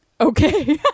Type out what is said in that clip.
Okay